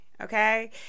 okay